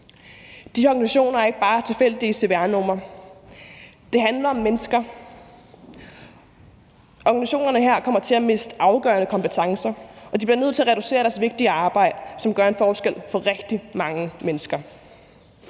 De her organisationer er ikke bare tilfældige cvr-numre. Det handler om mennesker. Organisationerne her kommer til at miste afgørende kompetencer, og de bliver nødt til at reducere deres vigtige arbejde, som gør en forskel for rigtig mange mennesker.